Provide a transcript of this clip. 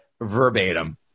verbatim